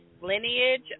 lineage